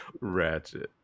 ratchet